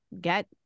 get